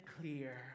clear